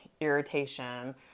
irritation